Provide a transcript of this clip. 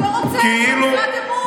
הוא לא רוצה אותם במשרת אמון.